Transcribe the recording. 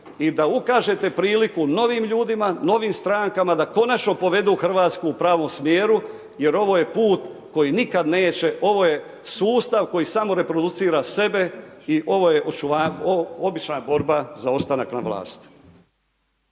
i da ukažete priliku novim ljudima, novim strankama da konačno povedu Hrvatsku u pravom smjeru jer ovo je put koji nikad neće, ovo je sustav koji samo reproducira sebe i ovu je obična borba za ostanak na vlasti.